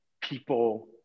people